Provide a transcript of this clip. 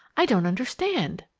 i don't understand!